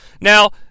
Now